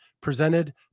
presented